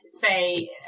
say